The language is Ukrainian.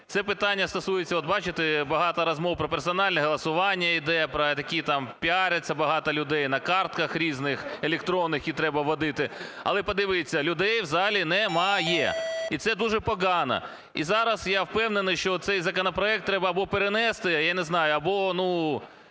Це питання стосується, от бачите, багато розмов про персональне голосування іде, про такі там піаряться багато людей на картках різних електронних, які треба вводити. Але подивіться, людей в залі немає. І це дуже погано. І зараз, я впевнений, що цей законопроект треба або перенести, або, я не знаю, може